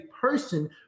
person